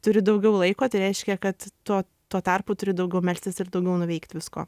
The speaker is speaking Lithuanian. turi daugiau laiko tai reiškia kad tuo tuo tarpu turi daugiau melstis ir daugiau nuveikt visko